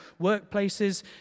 workplaces